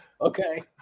Okay